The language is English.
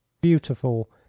beautiful